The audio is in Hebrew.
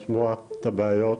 לשמוע את הבעיות,